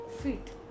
feet